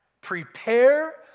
Prepare